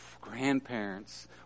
grandparents